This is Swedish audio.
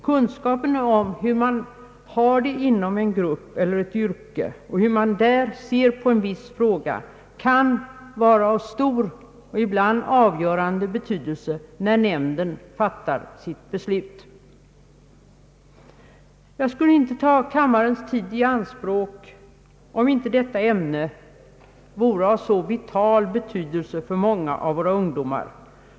Kunskapen om hur man har det inom en grupp eller ett yrke och hur man där ser på en viss fråga kan vara av stor och ibland avgörande betydelse när nämnden fattar sitt beslut. Jag skulle inte ta kammarens tid i anspråk om inte detta ämne vore av så vital betydelse för många av våra ungdomar.